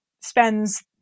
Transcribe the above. spends